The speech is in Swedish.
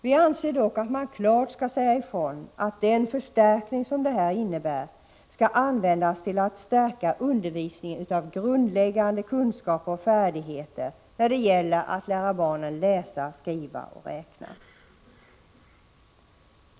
Vi anser dock att man klart skall säga ifrån att den breddning som detta innebär skall användas till att stärka undervisningen i grundläggande kunskaper och färdigheter när det gäller att lära barnen läsa, skriva och räkna.